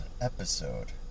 episode